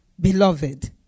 Beloved